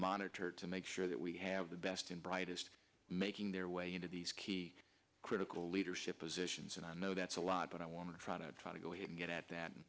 monitored to make sure that we have the best and brightest making their way into these key critical leadership positions and i know that's a lot but i want to try to try to go ahead and get at that